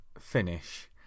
finish